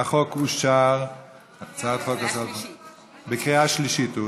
החוק אושר בקריאה שלישית.